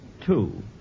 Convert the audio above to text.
Two